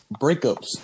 breakups